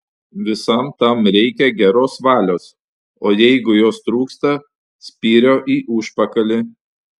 visam tam reikia geros valios o jeigu jos trūksta spyrio į užpakalį